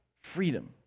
freedom